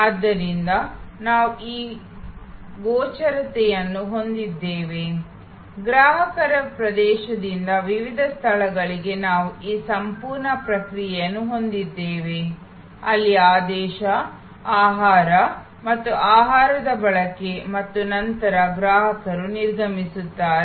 ಆದ್ದರಿಂದ ನಾವು ಈ ಗೋಚರತೆಯನ್ನು ಹೊಂದಿದ್ದೇವೆ ಗ್ರಾಹಕರ ಪ್ರವೇಶದಿಂದ ವಿವಿಧ ಸ್ಥಳಗಳಿಗೆ ನಾವು ಈ ಸಂಪೂರ್ಣ ಪ್ರಕ್ರಿಯೆಯನ್ನು ಹೊಂದಿದ್ದೇವೆ ಅಲ್ಲಿ ಆದೇಶ ಆಹಾರ ಮತ್ತು ಆಹಾರದ ಬಳಕೆ ಮತ್ತು ನಂತರ ಗ್ರಾಹಕರು ನಿರ್ಗಮಿಸುತ್ತಾರೆ